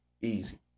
easy